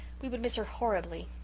we would miss her horribly.